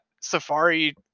safari